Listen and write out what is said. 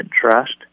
trust